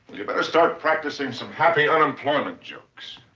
you better start practicing some happy unemployment jokes.